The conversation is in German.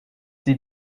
die